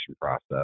process